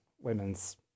women's